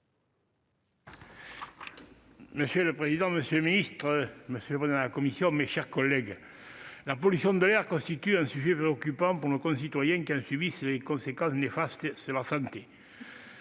Monsieur le président, monsieur le ministre, mes chers collègues, la pollution de l'air constitue un sujet préoccupant pour nos concitoyens qui en subissent les conséquences néfastes sur leur santé.